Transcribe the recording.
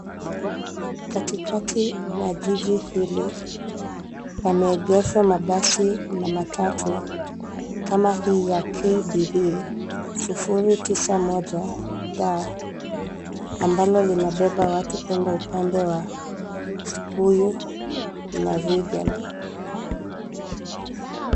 Katikati mwa jiji hili pameegeshwa mabasi na matatu kama hii ya KBB 091 D ambalo linabeba watu kuenda upande wa Kikuyu na Regen.